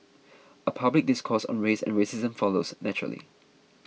a public discourse on race and racism follows naturally